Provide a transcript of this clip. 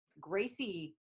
Gracie